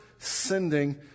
Sending